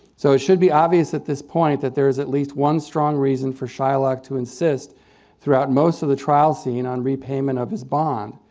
so it should be obvious at this point that there's at least one strong reason for shylock to insist throughout most of the trial scene on repayment of his bond.